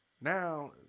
now